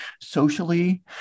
socially